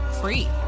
free